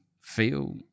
feel